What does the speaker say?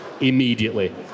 immediately